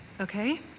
Okay